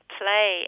play